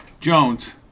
Jones